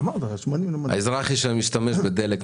למוצר שדרכו